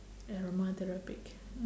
aromatherapic